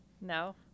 No